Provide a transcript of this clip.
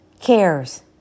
cares